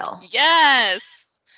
Yes